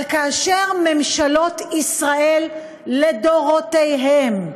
אבל כאשר ממשלות ישראל לדורותיהן,